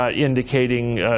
indicating